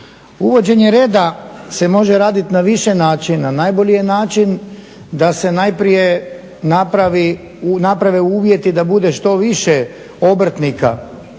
Uvođenje reda se može raditi na više načina, najbolji je način da se najprije naprave uvjeti da bude što više obrtnika